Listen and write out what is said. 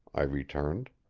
i returned.